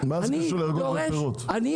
--- מה זה קשור לירקות ופירות --- יש